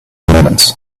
moment